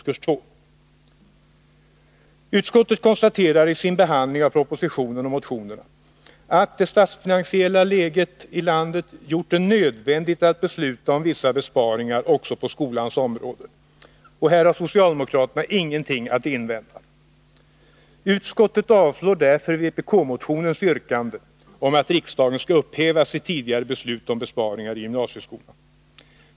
Utskottet konstaterar i sin behandling av propositionen och motionerna att det statsfinansiella läget i landet gjort det nödvändigt att besluta om vissa besparingar också på skolans område. Här har socialdemokraterna ingenting att invända. Utskottet avstyrker därför vpk-motionens yrkande om att riksdagen skall upphäva sitt tidigare beslut om besparingar i gymnasieskolan.